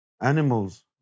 animals